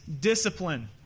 discipline